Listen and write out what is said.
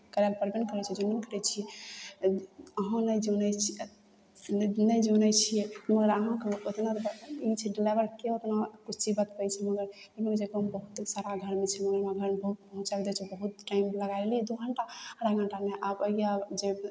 करै लए पड़बै नहि करै छै जानबै करै छियै अहाँ नहि जानै छियै ने नहि जानै छियै मगर अहाँके अतना तऽ पता छै कि लेबरके अहाँ कोइ चीज बतबै छियै चलि जाइ छै बहुत टाइम लगाइ लए दू घंटा अढ़ाइ घंटामे आबैया आब जे